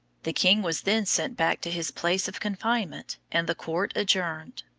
the king was then sent back to his place of confinement, and the court adjourned.